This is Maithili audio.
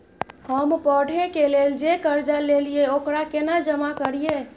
हम पढ़े के लेल जे कर्जा ललिये ओकरा केना जमा करिए?